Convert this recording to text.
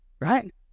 right